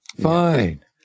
Fine